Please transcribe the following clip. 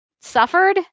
suffered